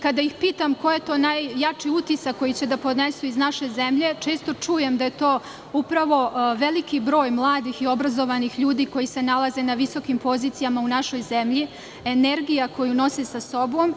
Kada ih pitam koji je to najjači utisak koji će da ponesu iz naše zemlje, često čujem da je to upravo veliki broj mladih i obrazovanih ljudi koji se nalaze na visokim pozicijama u našoj zemlji, energija koju nose sa sobom.